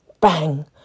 Bang